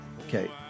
okay